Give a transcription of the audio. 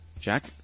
Jack